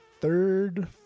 Third